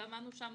ועמדנו שם